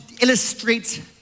illustrate